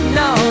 no